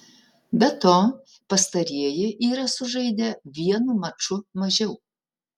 be to pastarieji yra sužaidę vienu maču mažiau